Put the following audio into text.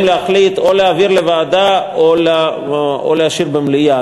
להחליט להעביר לוועדה או להשאיר במליאה.